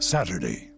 Saturday